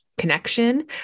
connection